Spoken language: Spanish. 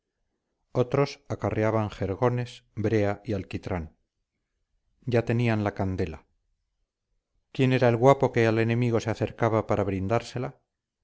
otros acarreaban jergones brea y alquitrán ya tenían la candela quién era el guapo que al enemigo se acercaba para brindársela